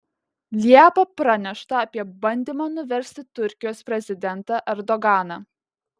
liepą pranešta apie bandymą nuversti turkijos prezidentą erdoganą